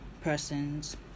persons